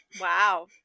Wow